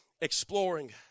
exploring